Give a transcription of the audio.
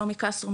שלומי קסטרו,